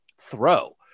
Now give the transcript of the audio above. throw